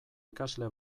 ikasle